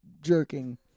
jerking